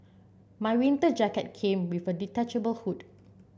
my winter jacket came with a detachable hood